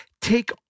Take